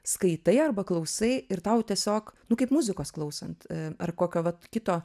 skaitai arba klausai ir tau tiesiog nu kaip muzikos klausant a ar kokio vat kito